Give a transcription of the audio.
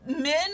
men